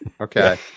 okay